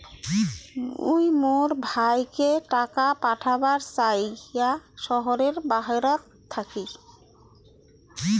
মুই মোর ভাইকে টাকা পাঠাবার চাই য়ায় শহরের বাহেরাত থাকি